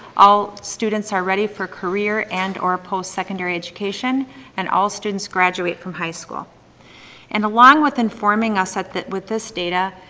all students are ready for career and or post secondary education and all students graduate from high school and along with informing us ah with this data,